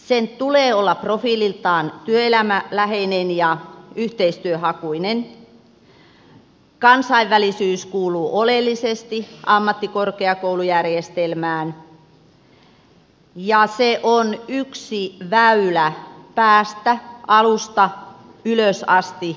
sen tulee olla profiililtaan työelämäläheinen ja yhteistyöhakuinen kansainvälisyys kuuluu oleellisesti ammattikorkeakoulujärjestelmään ja se on yksi väylä päästä alusta ylös asti ammatillisella puolella